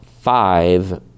five